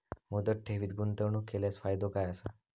मुदत ठेवीत गुंतवणूक केल्यास फायदो काय आसा?